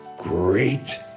great